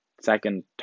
second